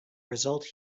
result